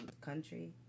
country